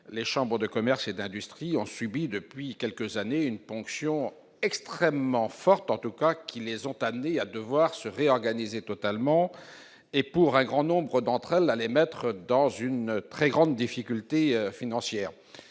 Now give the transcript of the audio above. les chambres de commerce et d'industrie ont subi depuis quelques années une ponction extrêmement forte, qui les a contraintes à se réorganiser totalement et a placé bon nombre d'entre elles dans une très grande difficulté financière.